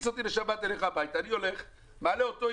אני מעלה אותו,